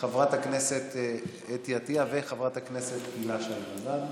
חברת הכנסת אתי עטייה וחברת הכנסת הילה שי וזאן.